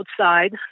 outside